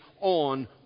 on